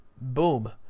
Boom